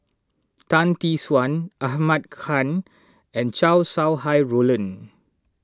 Tan Tee Suan Ahmad Khan and Chow Sau Hai Roland